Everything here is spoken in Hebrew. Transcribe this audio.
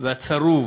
והצרוב